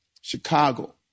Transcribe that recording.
Chicago